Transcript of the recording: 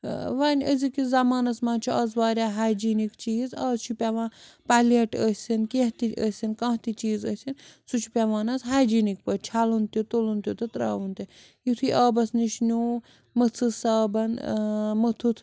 وۄنۍ أزِکِس زمانَس منٛز چھُ آز واریاہ ہایجیٖنِکۍ چیٖز آز چھُ پٮ۪وان پَلیٹ ٲسِن کیٚنٛہہ تہِ ٲسِن کانٛہہ تہِ چیٖز ٲسِن سُہ چھُ پٮ۪وان آز ہایجیٖنٕکۍ پٲٹھۍ چھَلُن تہِ تُلُن تہِ تہٕ ترٛاوُن تہِ یُتھُے آبَس نِش نیوٗ مٔژھٕس صابَن موٚتُتھ